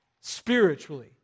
spiritually